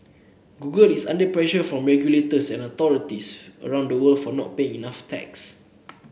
google is under pressure from regulators and authorities around the world for not paying enough tax